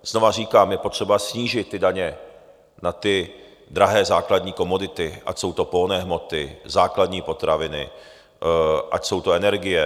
Znova říkám, je potřeba snížit daně na drahé základní komodity, ať jsou to pohonné hmoty, základní potraviny, ať jsou to energie.